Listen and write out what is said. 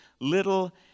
little